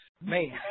Man